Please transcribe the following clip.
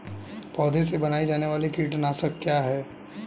पौधों से बनाई जाने वाली कीटनाशक क्या है?